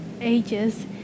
Ages